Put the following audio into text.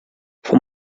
for